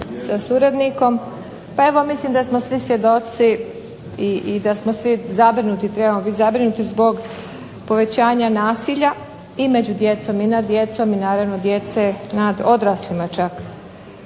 sa suradnikom. Pa evo mislim da smo svi svjedoci i da smo svi zabrinuti, trebamo biti zabrinuti zbog povećanja nasilja i među djecom i nad djecom i naravno djece nad odraslima čak.